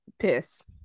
piss